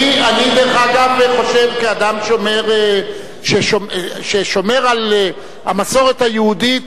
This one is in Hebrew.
אני דרך אגב חושב, כאדם ששומר על המסורת היהודית,